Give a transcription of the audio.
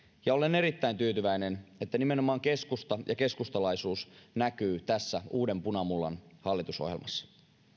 ja olen erittäin tyytyväinen että nimenomaan keskusta ja keskustalaisuus näkyvät tässä uuden punamullan hallitusohjelmassa